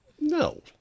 No